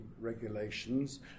regulations